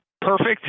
perfect